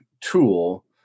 tool